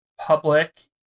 public